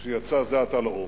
שיצא זה עתה לאור,